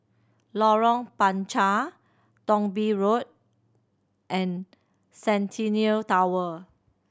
Lorong Panchar Thong Bee Road and Centennial Tower